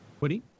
Woody